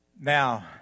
Now